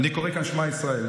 אני קורא כאן שמע ישראל: